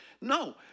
No